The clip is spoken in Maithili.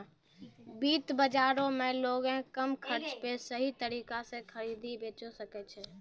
वित्त बजारो मे लोगें कम खर्चा पे सही तरिका से खरीदे बेचै सकै छै